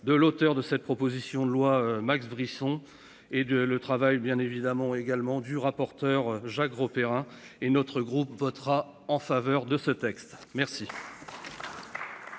de l'auteur de cette proposition de loi Max Brisson et de le travail bien évidemment également du rapporteur, Jacques Grosperrin et notre groupe votera en faveur de ce texte. Merci.